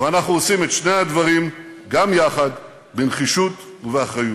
ואנחנו עושים את שני הדברים גם יחד בנחישות ובאחריות.